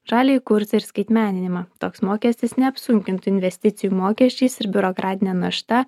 žaliąjį kursą ir skaitmeninimą toks mokestis neapsunkintų investicijų mokesčiais ir biurokratine našta